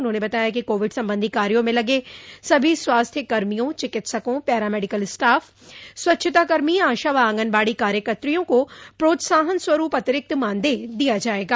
उन्होंने बताया कि कोविड संबंधी कार्यो में लगे सभी स्वास्थ्य कर्मियों चिकित्सकों पैरामेडिकल स्टाफ स्वच्छता कर्मी आशा व आंगनबाड़ी कार्यत्रियों को प्रोत्साहन स्वरूप अतिरिक्त मानदेय दिया जायेगा